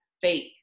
fake